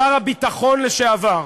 שר הביטחון לשעבר,